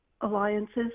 alliances